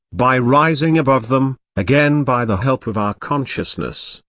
by rising above them, again by the help of our consciousness,